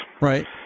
Right